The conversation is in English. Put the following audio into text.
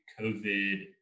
COVID